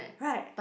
right